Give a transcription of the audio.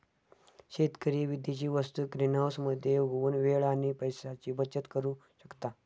शेतकरी विदेशी वस्तु ग्रीनहाऊस मध्ये उगवुन वेळ आणि पैशाची बचत करु शकता